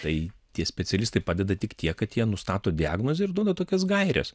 tai tie specialistai padeda tik tiek kad jie nustato diagnozę ir duoda tokias gaires